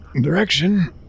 direction